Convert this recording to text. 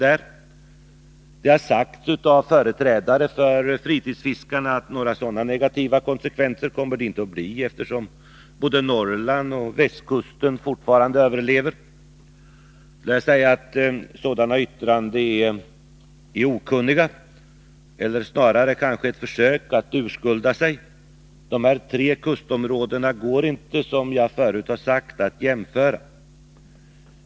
Det har sagts av företrädare för Fritidsfiskarna att några sådana negativa konsekvenser kommer det inte att bli — eftersom både Norrland och västkusten fortfarande överlever. Jag vill säga att sådana yttranden är okunniga eller snarare kanske ett försök att urskulda sig. Dessa tre kustområden går inte, som jag förut har sagt, att jämföra.